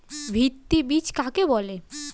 ভিত্তি বীজ কাকে বলে?